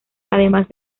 además